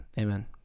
amen